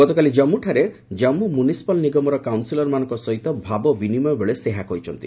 ଗତକାଲି ଜାମ୍ଗୁଠାରେ ଜାନ୍ପୁ ମୁନିସପାଲ ନିଗମର କାଉନସିଲରମାନଙ୍କ ସହିତ ଭାବବିନିମୟ ବେଳେ ସେ ଏହା କହିଛନ୍ତି